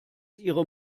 ihre